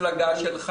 --- בסיעה שלך.